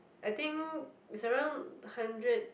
I think it's around hundred